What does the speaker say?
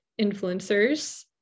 influencers